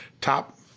top